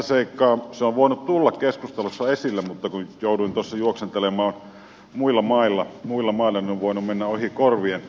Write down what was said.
se on voinut tulla keskustelussa esille mutta kun jouduin tuossa juoksentelemaan muilla mailla niin se on voinut mennä ohi korvien